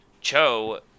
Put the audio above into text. cho